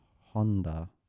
Honda